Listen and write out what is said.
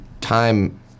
time